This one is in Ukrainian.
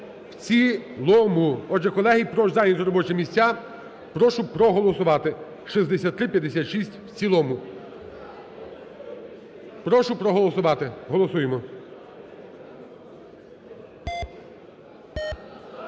в цілому. Отже, колеги, прошу зайняти робочі місця, прошу проголосувати 6356 в цілому. Прошу проголосувати, голосуємо.